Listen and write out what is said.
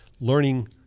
learning